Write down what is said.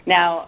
Now